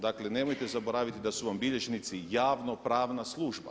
Dakle nemojte zaboraviti da su vam bilježnici javno pravna služba.